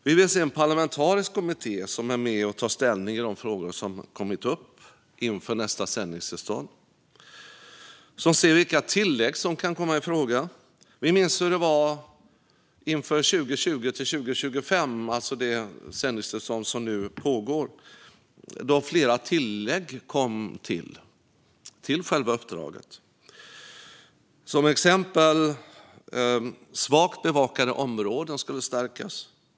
Vi vill se en parlamentarisk kommitté som är med och tar ställning i de frågor som kommit upp inför nästa sändningstillstånd och som ser vilka tillägg som kan komma i fråga. Vi minns hur det var inför 2020-2025, alltså det sändningstillstånd som nu pågår, då flera tillägg till själva uppdraget kom till. Till exempel skulle svagt bevakade områden stärkas.